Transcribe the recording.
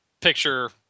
picture